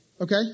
Okay